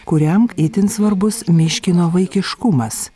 kuriam itin svarbus myškino vaikiškumas